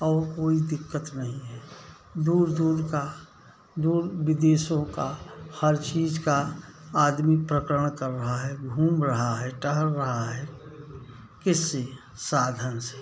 और कोई दिक्कत नहीं है दूर दूर का दूर विदेशों का हर चीज़ का आदमी प्रकरण कर रहा है घूम रहा है टहल रहा है किस से साधन से